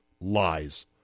lies